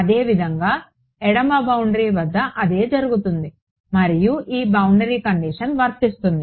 అదేవిధంగా ఎడమ బౌండరీ వద్ద అదే జరుగుతుంది మరియు ఈ బౌండరీ కండిషన్ వర్తిస్తుంది